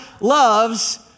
loves